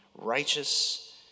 righteous